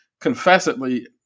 confessedly